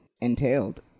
entailed